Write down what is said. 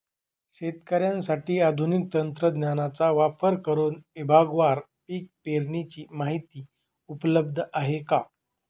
शेतकऱ्यांसाठी आधुनिक तंत्रज्ञानाचा वापर करुन विभागवार पीक पेरणीची माहिती उपलब्ध आहे का?